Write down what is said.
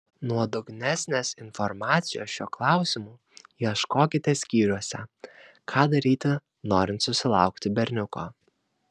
nuodugnesnės informacijos šiuo klausimu ieškokite skyriuose ką daryti norint susilaukti berniuko